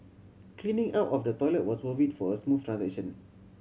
cleaning up of the toilet was worth it for a smooth transaction